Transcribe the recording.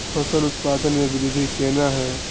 फसल उत्पादन में वृद्धि केना हैं?